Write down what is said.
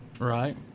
Right